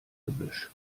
gebüsch